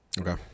Okay